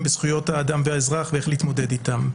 בזכויות האדם והאזרח ואיך להתמודד איתן.